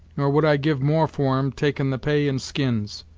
nor would i give more for em, taking the pay in skins.